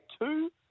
two